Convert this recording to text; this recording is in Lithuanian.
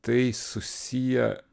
tai susiję